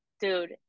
Dude